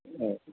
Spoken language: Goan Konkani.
हय